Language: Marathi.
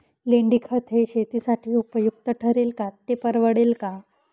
लेंडीखत हे शेतीसाठी उपयुक्त ठरेल का, ते परवडेल का?